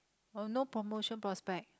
oh no promotion prospect